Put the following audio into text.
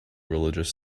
religious